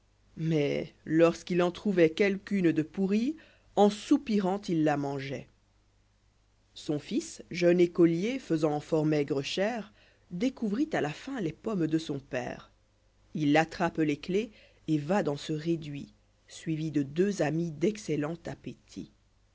hais lorsqu'il en trouvoit quelqu'une de pourrio en soupirant il la mangeait son fils jeune écolier faisant fort maigre chère découvrit à la fin les pommes de son père d attrape les clefs et va dans ce réduit suivi de deux amis d'excellent appétit